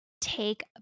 take